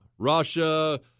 Russia